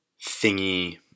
thingy